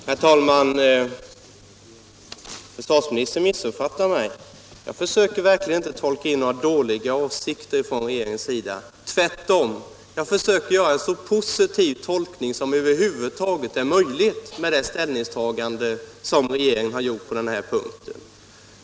Herr talman! Försvarsministern missuppfattar mig. Jag försöker verkligen inte tolka in några dåliga avsikter från regeringens sida. Jag försöker tvärtom göra en så positiv tolkning som över huvud taget är möjligt med hänsyn till det ställningstagande regeringen gjort på den här punkten.